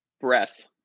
Breath